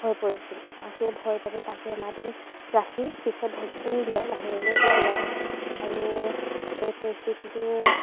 হৈ পৰিছিল আৰু সেই ভয়ৰ বাবে তাক এমাহ দিন ৰাখি পিছত ভেকচিন দিয়াই বাহিৰলৈ উলিওৱা হৈছিল আৰু এই পৰিস্থিতিটোৰ